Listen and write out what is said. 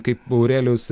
kaip aurelijus